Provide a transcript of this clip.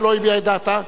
שלא הביעה את דעתה,